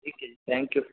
ਠੀਕ ਹੈ ਜੀ ਥੈਂਕ ਯੂ